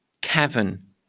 cavern